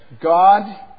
God